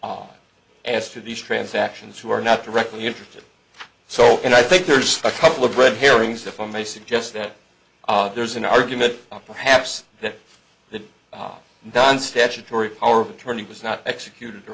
i'll ask for these transactions who are not directly interested so and i think there's a couple of red herrings if i may suggest that there's an argument or perhaps that the non statutory power of attorney was not executed or